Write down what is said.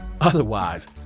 Otherwise